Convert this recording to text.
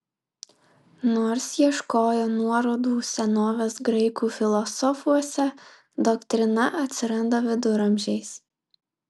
nors ieškojo nuorodų senovės graikų filosofuose doktrina atsiranda viduramžiais